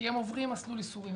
כי הם עוברים מסלול ייסורים.